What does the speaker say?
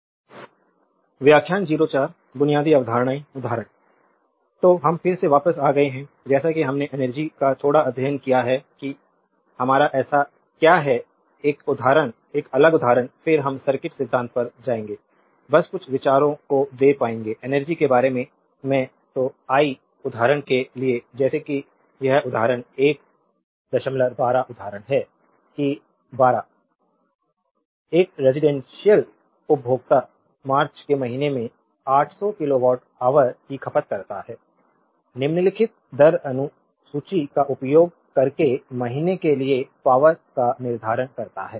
electrical engineering के बुनियादी ढांचे prof Debapriya Das electrical engineering विभाग भारतीय प्रौद्योगिकी संस्थान खड़गपुर व्याख्यान 04 बुनियादी अवधारणाएँ उदाहरण जारी तो हम फिर से वापस आ गए हैं जैसा कि हमने एनर्जी का थोड़ा अध्ययन किया है कि हमारा ऐसा क्या है एक अलग उदाहरण फिर हम सर्किट सिद्धांत पर जाएंगे बस कुछ विचारों को दे पाएंगे एनर्जी के बारे में तो आई उदाहरण के लिए जैसे कि यह उदाहरण है 112 उदाहरण है कि 12 एक रेजिडेंशियल उपभोक्ता मार्च के महीने में 800 किलोवाट ऑवर की खपत करता है निम्नलिखित दर अनुसूची का उपयोग करके महीने के लिए पावरका निर्धारण करता है